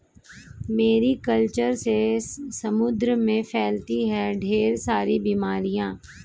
Mary culture से समुद्र में फैलती है ढेर सारी बीमारियां